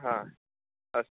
हा अस्तु